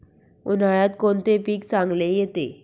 उन्हाळ्यात कोणते पीक चांगले येते?